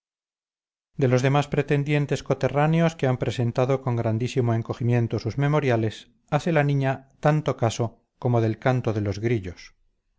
de los demás pretendientes coterráneos que han presentado con gran encogimiento sus memoriales hace la niña tanto caso como del canto de los grillos